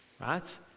right